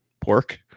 pork